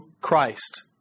Christ